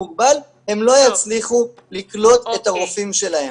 מוגבל הם לא יצליחו לקלוט את הרופאים שלהם.